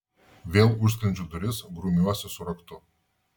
vėl užsklendžiu duris grumiuosi su raktu